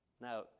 Now